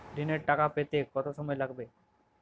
ঋণের টাকা পেতে কত সময় লাগবে?